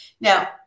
Now